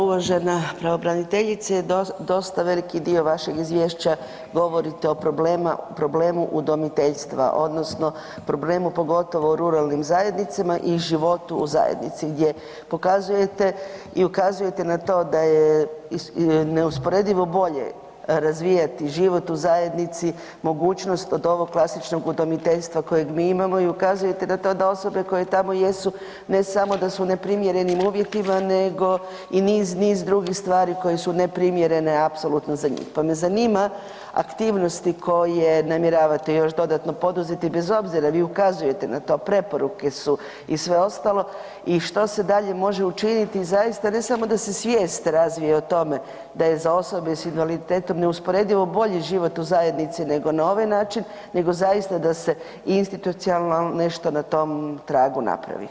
Uvažena pravobraniteljice, dosta veliki dio vašeg izvješća govorite o problemu udomiteljstva odnosno problemu, pogotovo u ruralnim zajednicama i životu u zajednici gdje pokazujete i ukazujete na to da je neusporedivo bolje razvijati život u zajednici, mogućnost od ovog klasičnog udomiteljstva kojeg mi imamo i ukazujete na da to da osobe koje tamo jesu, ne samo da su u neprimjerenim uvjetima nego i niz, niz drugih stvari koje su neprimjerene apsolutno za njih pa me zanima, aktivnosti koje namjeravate još dodatno poduzeti, bez obzira vi ukazujete na to, preporuke su i sve ostalo i što se dalje može učiniti, zaista, ne samo da se svijest razvije o tome da je za osobe s invaliditetom neusporedivo bolji život u zajednici nego na ovaj način, nego zaista da se institucionalno nešto na tom tragu napravi.